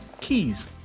keys